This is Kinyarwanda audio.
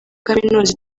kaminuza